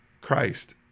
Christ